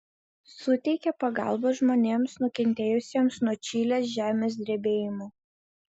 suteikė pagalbą žmonėms nukentėjusiems nuo čilės žemės drebėjimo